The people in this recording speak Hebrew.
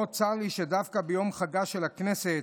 מאוד צר לי שדווקא ביום חגה של הכנסת,